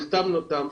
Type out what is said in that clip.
החתמנו אותם